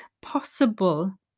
possible